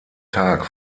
tag